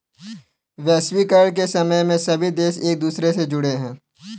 वैश्वीकरण के समय में सभी देश एक दूसरे से जुड़े है